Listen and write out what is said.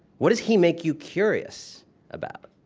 what does he make you curious about?